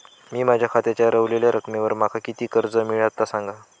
मी माझ्या खात्याच्या ऱ्हवलेल्या रकमेवर माका किती कर्ज मिळात ता सांगा?